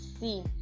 see